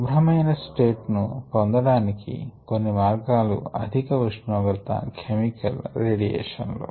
శుభ్రమైన స్లేట్ ను పొందటానికి కొన్ని మార్గాలు అధిక ఉష్ణోగ్రత కెమికల్ రేడియేషన్ లు